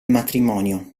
matrimonio